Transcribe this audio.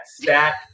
stack